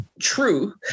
true